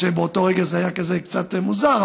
באותו רגע זה היה כזה קצת מוזר,